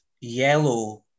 yellow